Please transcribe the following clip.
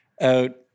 out